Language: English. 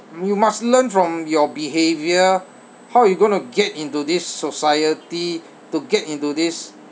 you must learn from your behaviour how you going to get into this society to get into this